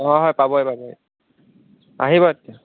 অঁ হয় পাবহি পাবহি আহিব তেতিয়া